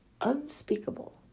unspeakable